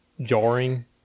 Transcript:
jarring